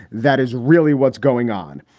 that is really what's going on.